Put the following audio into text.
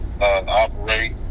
operate